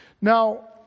Now